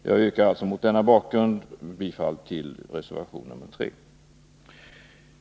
Jag yrkar mot denna bakgrund bifall till reservation 3.